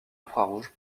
infrarouge